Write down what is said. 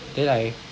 then I